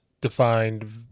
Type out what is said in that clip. defined